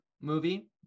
movie